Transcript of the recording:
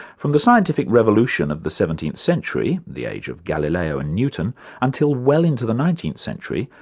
from the scientific revolution of the seventeenth century the age of galileo and newton until well into the nineteenth century,